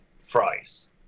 fries